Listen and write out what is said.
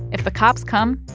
if the cops come,